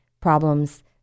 problems